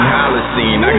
Holocene